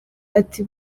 ati